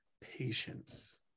patience